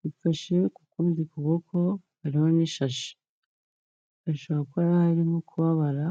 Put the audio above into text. Yifashe kukundi kuboko hariho n'ishashi, ashabora kuba ahari ari kubabara kubabara,